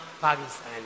Pakistan